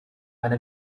eine